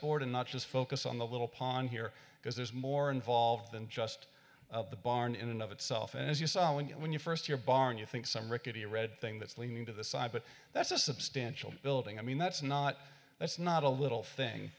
board and not just focus on the little pond here because there's more involved than just the barn in and of itself and as you saw when you first your barn you think some rickety red thing that's leaning to the side but that's a substantial building i mean that's not that's not a little thing